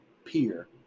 Peer